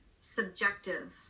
subjective